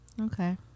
Okay